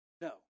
No